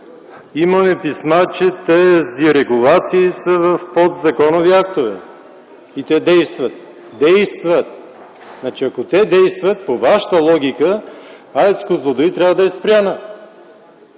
Имаме писма, че тези регулации са в подзаконови актове и те действат. Действат! Значи, ако те действат, по Вашата логика АЕЦ „Козлодуй” трябва да е спряна.